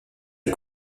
des